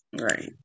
Right